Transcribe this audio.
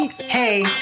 Hey